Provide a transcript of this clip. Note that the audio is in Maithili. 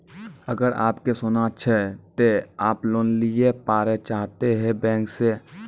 अगर आप के सोना छै ते आप लोन लिए पारे चाहते हैं बैंक से?